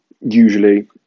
usually